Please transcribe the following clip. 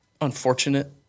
unfortunate